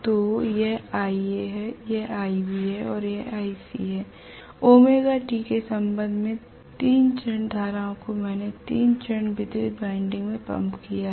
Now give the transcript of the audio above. तो यह iA है यह iB है और यह iC है ωt के संबंध में l 3 चरण धाराओं को मैंने 3 चरण वितरित बाइंडिंग में पंप किया है